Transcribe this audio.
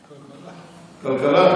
כלכלה.